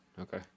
okay